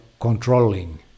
controlling